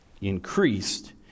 Increased